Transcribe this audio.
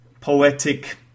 poetic